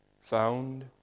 found